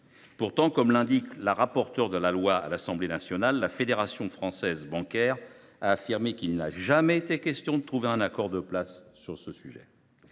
Pourtant, comme l’indique la rapporteure de la loi à l’Assemblée nationale, la Fédération bancaire française a affirmé qu’il n’avait jamais été question de trouver un accord de place sur ce sujet.